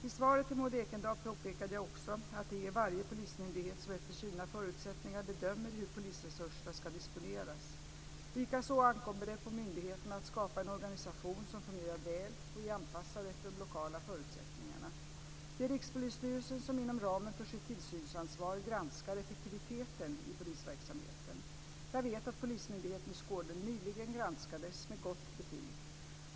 I svaret till Maud Ekendahl påpekade jag också att det är varje polismyndighet som efter sina förutsättningar bedömer hur polisresurserna ska disponeras. Likaså ankommer det på myndigheterna att skapa en organisation som fungerar väl och är anpassad efter de lokala förutsättningarna. Det är Rikspolisstyrelsen som inom ramen för sitt tillsynsansvar granskar effektiviteten i polisverksamheten. Jag vet att Polismyndigheten i Skåne nyligen granskades med gott betyg.